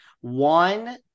One